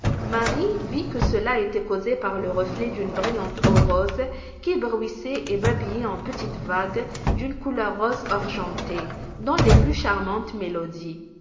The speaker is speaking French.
marie vit que cela était causé par le reflet d'une brillante eau rose qui bruissait et babillait en petites vagues d'une couleur rose argenté dans les plus charmantes mélodies